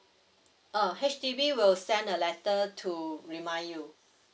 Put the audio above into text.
uh H_D_B will send a letter to remind you